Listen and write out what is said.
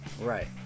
right